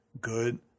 good